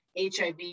HIV